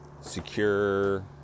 secure